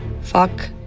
Fuck